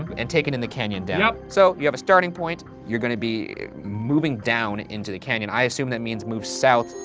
um and take it in the canyon down. yep. so, you have a starting point, you're gonna be moving down into the canyon. i assume that means move south.